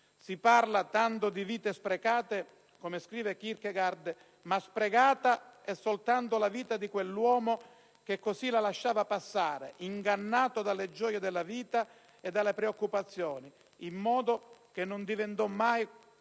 Si parla tanto di vite sprecate - scrive ancora Kierkegaard - ma sprecata è soltanto la vita di quell'uomo che così la lasciava passare, ingannato dalle gioie della vita e dalle preoccupazioni, in modo che non diventò mai,